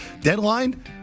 deadline